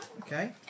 Okay